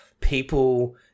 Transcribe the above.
people